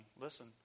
listen